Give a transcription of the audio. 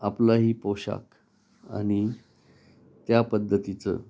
आपलाही पोशाख आणि त्या पद्धतीचं